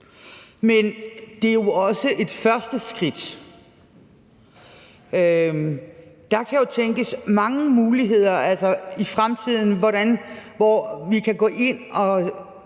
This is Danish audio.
men det er jo også et første skridt, og der kan tænkes mange muligheder i fremtiden, hvor vi kan gå ind og